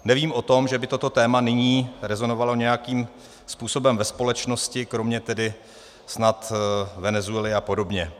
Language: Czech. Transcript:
Nevím o tom, že by toto téma nyní rezonovalo nějakým způsobem ve společnosti, kromě tedy snad Venezuely a podobně.